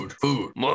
food